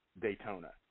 Daytona